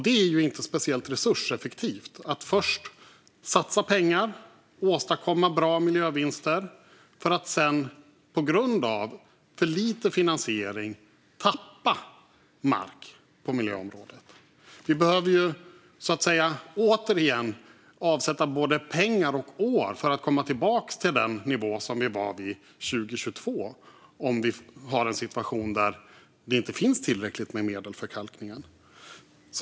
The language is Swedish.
Det är inte speciellt resurseffektivt att först satsa pengar och åstadkomma bra miljövinster för att sedan på grund av för lite finansiering tappa mark på miljöområdet. Vi behöver så att säga återigen avsätta både pengar och år för att komma tillbaka till den nivå som vi hade 2022 om vi har en situation där det inte finns tillräckligt med medel för kalkningen.